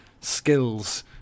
skills